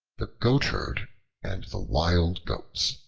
the goatherd and the wild goats